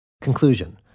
Conclusion